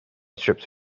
strips